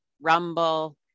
Rumble